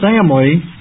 family